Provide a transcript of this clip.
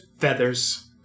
feathers